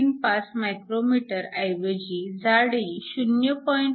35 μm ऐवजी जाडी 0